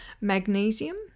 magnesium